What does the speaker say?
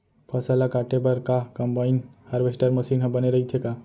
फसल ल काटे बर का कंबाइन हारवेस्टर मशीन ह बने रइथे का?